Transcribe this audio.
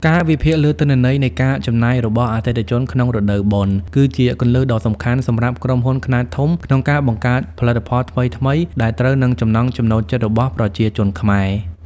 ការវិភាគលើទិន្នន័យនៃការចំណាយរបស់អតិថិជនក្នុងរដូវបុណ្យ គឺជាគន្លឹះដ៏សំខាន់សម្រាប់ក្រុមហ៊ុនខ្នាតធំក្នុងការបង្កើតផលិតផលថ្មីៗដែលត្រូវនឹងចំណង់ចំណូលចិត្តរបស់ប្រជាជនខ្មែរ។